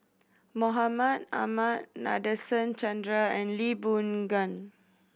Mahmud Ahmad Nadasen Chandra and Lee Boon Ngan